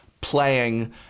playing